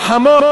החמור,